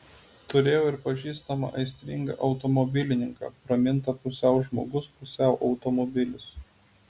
turėjau ir pažįstamą aistringą automobilininką pramintą pusiau žmogus pusiau automobilis